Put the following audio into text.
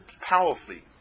powerfully